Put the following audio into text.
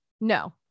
No